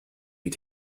you